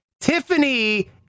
Tiffany